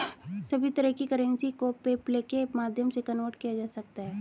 सभी तरह की करेंसी को पेपल्के माध्यम से कन्वर्ट किया जा सकता है